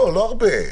לא הרבה.